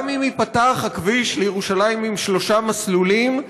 גם אם ייפתח הכביש לירושלים עם שלושה מסלולים,